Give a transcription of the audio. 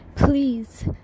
Please